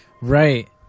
Right